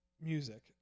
Music